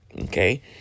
Okay